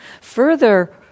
Further